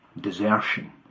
desertion